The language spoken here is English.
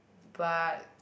but